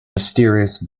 mysterious